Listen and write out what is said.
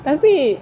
tapi